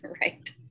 Right